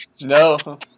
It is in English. No